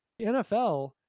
NFL